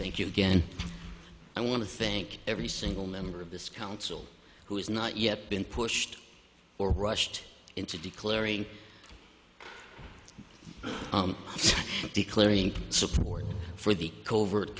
thank you again i want to think every single member of this council who has not yet been pushed or rushed into declaring declaring support for the covert